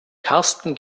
karsten